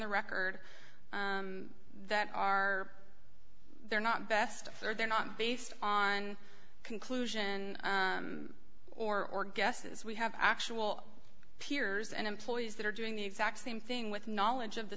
the record that are they're not best or they're not based on conclusion or or guesses we have actual peers and employees that are doing the exact same thing with knowledge of the